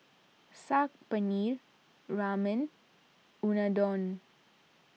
Saag Paneer Ramen Unadon